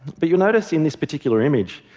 but you'll notice in this particular image,